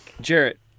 Jarrett